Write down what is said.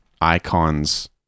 icon's